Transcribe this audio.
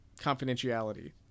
confidentiality